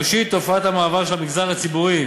ראשית, תופעת המעבר של המגזר הציבורי